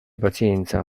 pazienza